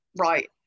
right